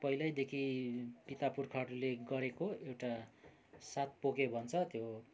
पहिलैदेखि पिता पुर्खाहरूले गरेको एउटा सातपोके भन्छ त्यो